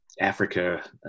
Africa